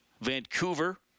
Vancouver